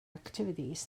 activities